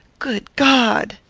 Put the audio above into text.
good god!